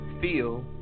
feel